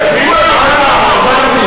יש גבול, אה, הבנתי.